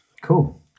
Cool